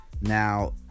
now